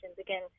Again